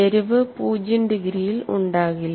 ചരിവ് 0 ഡിഗ്രിയിൽ ഉണ്ടാകില്ല